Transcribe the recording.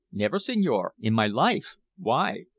never, signore, in my life. why?